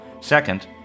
Second